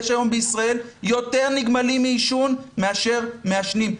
יש היום בישראל יותר נגמלים מעישון מאשר מעשנים,